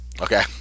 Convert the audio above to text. Okay